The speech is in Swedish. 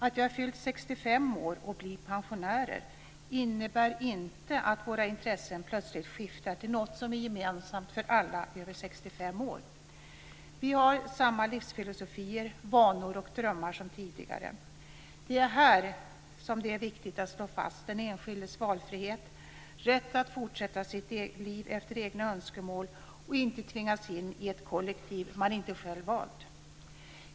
Att vi har fyllt 65 år och blivit pensionärer innebär inte att vårt intresse plötsligt övergår till att gälla något som är gemensamt för alla över 65 år. Vi har samma livsfilosofier, vanor och drömmar som tidigare. Det är här som det är viktigt att slå fast den enskildes valfrihet, rätt att fortsätta sitt liv efter egna önskemål och inte tvingas in i ett kollektiv som man inte själv har valt.